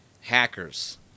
Hackers